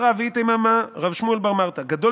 "אמר רב ואיתימא רב שמואל בר מרתא גדול